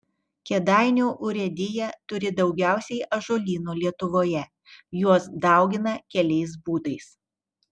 kėdainių urėdija turi daugiausiai ąžuolynų lietuvoje juos daugina keliais būdais